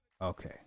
Okay